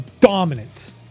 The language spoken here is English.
dominant